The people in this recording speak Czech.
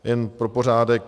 Jen pro pořádek.